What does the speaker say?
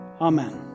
Amen